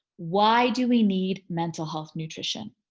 why do we need mental health nutrition?